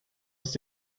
ist